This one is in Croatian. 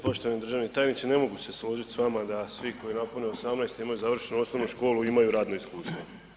Poštovani državni tajniče, ne mogu se složiti s vama da svi koji napune 18 imaju završenu osnovnu školu i imaju radno iskustvo.